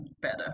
better